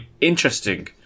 interesting